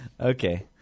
Okay